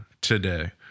today